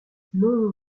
non